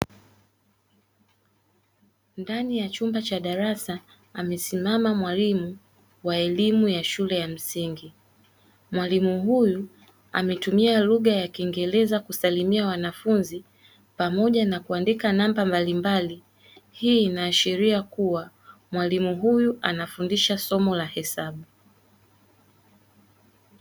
Ndani ya chumba cha darasa, amesimama mwalimu wa elimu ya shule ya msingi. Mwalimu huyu ametumia lugha ya kingereza kusalimia wanafunzi pamoja na kuandika namba mbalimbali, hii inaashiria kuwa mwalimu huyu anafundisha somo la hesabu.